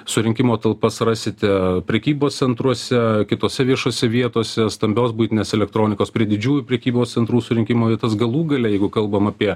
surinkimo talpas rasite prekybos centruose kitose viešose vietose stambios buitinės elektronikos prie didžiųjų prekybos centrų surinkimo vietas galų gale jeigu kalbam apie